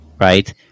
right